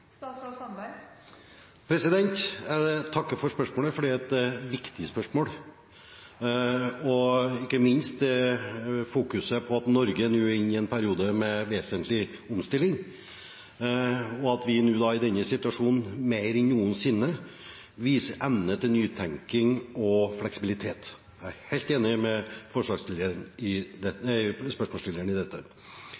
Jeg takker for spørsmålet, for det er et viktig spørsmål, ikke minst fokuseringen på at Norge nå er inne i en periode med vesentlig omstilling, og at vi i denne situasjonen mer enn noensinne viser evne til nytenking og fleksibilitet. Jeg er helt enig med spørsmålsstilleren i dette.